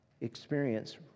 experience